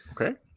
Okay